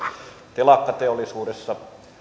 telakkateollisuudessa